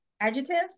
adjectives